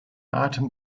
atem